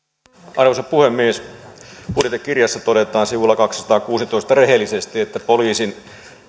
arvoisa puhemies budjettikirjassa todetaan sivulla kaksisataakuusitoista rehellisesti että poliisin